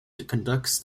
conducts